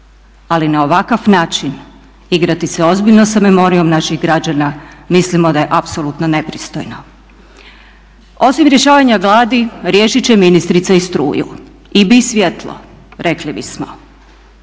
ali na ovakav način igrati se ozbiljno sa memorijom naših građana mislimo da je apsolutno nepristojno. Osim rješavanja gladi riješiti će ministrica i struju. I bi svjetlo, rekli bismo.